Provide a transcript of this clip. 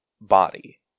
body